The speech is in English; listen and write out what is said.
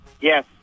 Yes